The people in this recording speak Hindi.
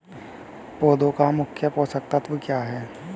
पौधे का मुख्य पोषक तत्व क्या हैं?